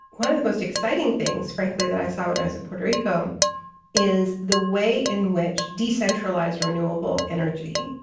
one of the most exciting things, frankly, that i saw when i was in puerto rico is the way in which decentralized renewable energy,